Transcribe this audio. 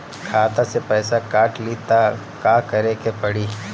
खाता से पैसा काट ली त का करे के पड़ी?